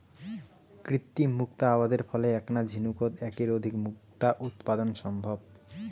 কৃত্রিম মুক্তা আবাদের ফলে এ্যাকনা ঝিনুকোত এ্যাকের অধিক মুক্তা উৎপাদন সম্ভব